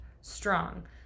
strong